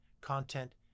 content